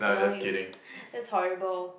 no you that's horrible